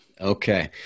Okay